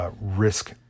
risk